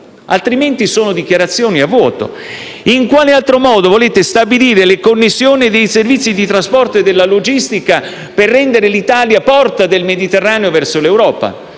altrimenti sono dichiarazioni a vuoto. In quale altro modo volete stabilire le connessioni dei servizi di trasporto e della logistica per rendere l'Italia porta del Mediterraneo verso l'Europa?